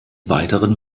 weiteren